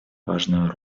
важную